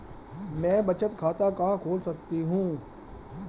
मैं बचत खाता कहां खोल सकती हूँ?